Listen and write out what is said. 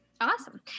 Awesome